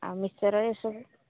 ଆଉ ମିକ୍ସଚର ଏସବୁ